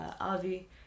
Avi